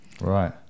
right